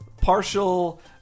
partial